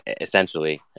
essentially